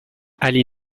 ali